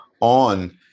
on